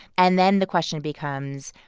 and then the question becomes,